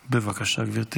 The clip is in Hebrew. בבקשה, גברתי.